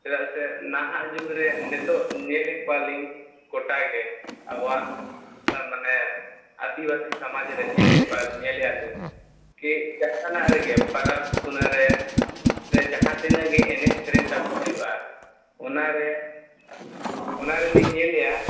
ᱪᱮᱫᱟᱜ ᱥᱮ ᱱᱟᱦᱟᱜ ᱡᱩᱜᱽ ᱨᱮ ᱱᱤᱛᱚᱜ ᱧᱮᱞᱮᱫ ᱠᱚᱣᱟᱞᱤᱧ ᱜᱚᱴᱟᱜᱮ ᱟᱵᱚᱣᱟᱜ ᱢᱟᱱᱮ ᱟᱹᱫᱤᱵᱟᱥᱤ ᱥᱚᱢᱟᱡᱽᱨᱮ ᱧᱮᱞᱮᱫ ᱠᱚᱣᱟ ᱧᱮᱞ ᱮᱫᱟᱞᱤᱧ ᱠᱤ ᱡᱟᱦᱟᱱᱟᱜ ᱨᱮᱜᱮ ᱯᱟᱨᱟᱵᱽ ᱯᱩᱱᱟᱹᱨᱮ ᱥᱮ ᱡᱟᱦᱟᱸ ᱛᱤᱱᱟᱹᱜ ᱜᱮ ᱮᱱᱮᱡ ᱥᱮᱨᱮᱧ ᱛᱟᱵᱚ ᱦᱩᱭᱩᱜᱼᱟ ᱚᱱᱟ ᱨᱮ ᱚᱱᱟᱨᱤᱞᱤᱧ ᱧᱮᱞᱮᱫᱼᱟ